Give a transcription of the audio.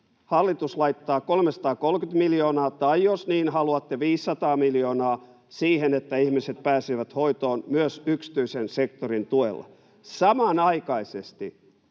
hallitus laittaa 330 miljoonaa tai, jos niin haluatte, 500 miljoonaa siihen, että ihmiset pääsevät hoitoon myös yksityisen sektorin tuella. Samanaikaisesti